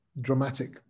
dramatic